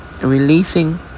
Releasing